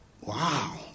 wow